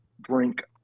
drink